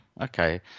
okay